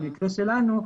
במקרה שלנו,